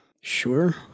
Sure